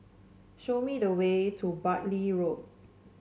show me the way to Bartley Road